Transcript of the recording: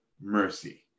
mercy